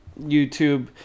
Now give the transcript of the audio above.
YouTube